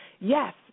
Yes